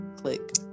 click